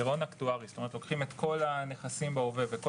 גירעון אקטוארי כלומר לוקחים את כל הנכסים בהווה וכל